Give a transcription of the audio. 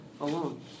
alone